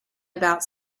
about